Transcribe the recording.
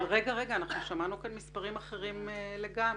שמענו כאן מספרים אחרים לגמרי.